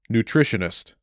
Nutritionist